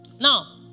Now